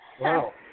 Wow